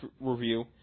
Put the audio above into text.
review